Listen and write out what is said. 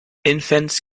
infants